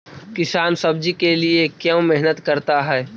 किसान सब्जी के लिए क्यों मेहनत करता है?